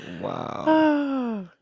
Wow